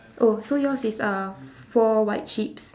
oh so yours is uh four white sheeps